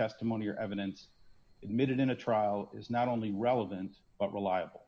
testimony or evidence emitted in a trial is not only relevant but reliable